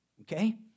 Okay